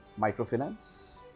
microfinance